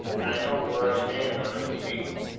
and i know where i stand on its speed.